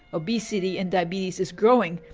obesity and diabetes is growing,